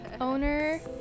owner